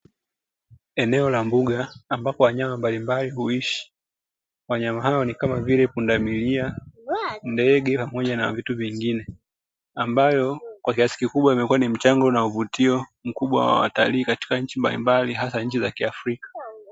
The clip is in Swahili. Eneo la mbuga ambapo wanyama mbalimbali huishi, wanyama hao ni kama vile pundamilia, ndege pamoja na vitu vingine ambayo kwa kiasi kikubwa imekuwa ni mchango na uvutio mkubwa wa watalii mbalimbali katika nchi mbalimbali hasa nchi za kiafrika.